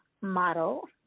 model